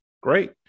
Great